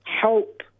help